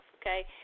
okay